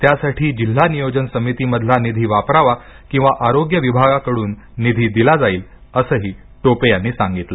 त्यासाठी जिल्हा नियोजन समितीमधला निधी वापरावा किंवा आरोग्य विभागाकडून निधी दिला जाईल असंही टोपे म्हणाले